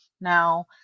now